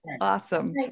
Awesome